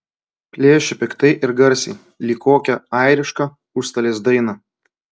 plėšė piktai ir garsiai lyg kokią airišką užstalės dainą